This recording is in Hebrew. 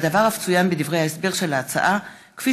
והדבר אף צוין בדברי ההסבר של ההצעה כפי